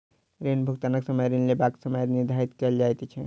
ऋण भुगतानक समय ऋण लेबाक समय निर्धारित कयल जाइत छै